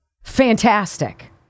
Fantastic